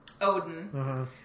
Odin